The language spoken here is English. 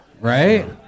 Right